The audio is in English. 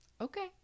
Okay